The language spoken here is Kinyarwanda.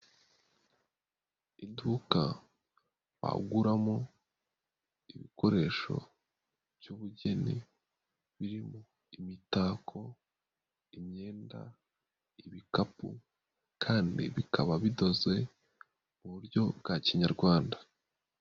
Iduka baguramo ibikoresho by'ubugeni birimo: imitako, imyenda, ibikapu, kandi bikaba bidoze mu buryo bwa kinyarwanda.